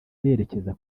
berekeza